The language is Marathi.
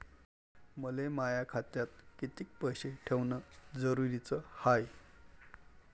मले माया खात्यात कितीक पैसे ठेवण जरुरीच हाय?